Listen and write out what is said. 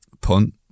punt